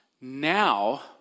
Now